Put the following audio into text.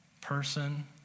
Person